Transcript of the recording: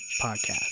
Podcast